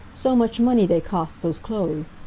so much money they cost, those clothes!